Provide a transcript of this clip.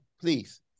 please